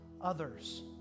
others